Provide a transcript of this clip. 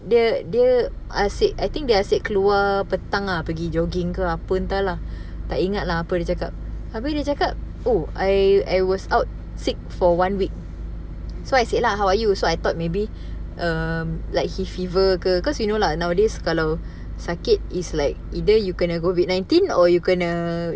dia dia asyik I think dia asyik keluar petang ah pergi jogging ke apa entah lah tak ingat lah apa dia cakap abeh dia cakap oh I I was out sick for one week so I said lah how are you so I thought maybe um like he fever ke cause you know lah nowadays kalau sakit it's like either you kena COVID nineteen or you kena